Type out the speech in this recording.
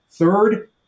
Third